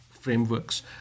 frameworks